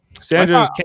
Sanders